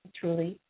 truly